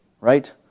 right